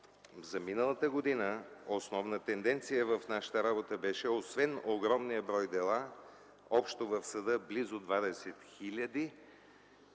За миналата година основна тенденция в нашата работа беше освен огромния брой дела общо в съда – близо 20 000.